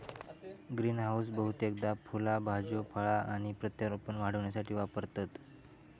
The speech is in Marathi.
ग्रीनहाऊस बहुतेकदा फुला भाज्यो फळा आणि प्रत्यारोपण वाढविण्यासाठी वापरतत